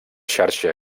xarxa